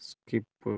skip